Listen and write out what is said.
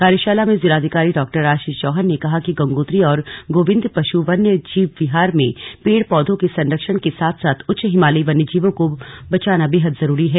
कार्यशाला में जिलाधिकारी डॉ आशीष चौहान ने कहा कि गंगोत्री और गोविन्द पश् वन्य जीव विहार में पेड़ पौधों के संरक्षण के साथ साथ उच्च हिमालयी वन्य जीवों को बचना बेहद जरूरी है